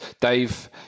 Dave